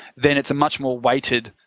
then it's a much more weighted,